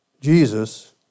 Jesus